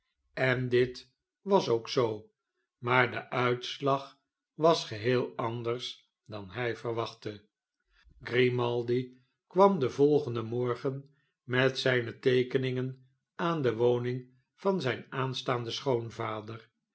en dit was ook zoo maar de uitslag was geheel anders dan hij verwachtte grimaldi kwam den volgenden morgen met zijne teekeningen aan de woning van zh'n aanstaanden